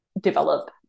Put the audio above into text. develop